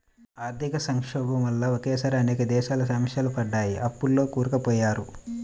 ఆర్థిక సంక్షోభం వల్ల ఒకేసారి అనేక దేశాలు సమస్యల్లో పడ్డాయి, అప్పుల్లో కూరుకుపోయారు